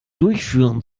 durchführen